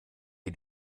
ihr